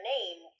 name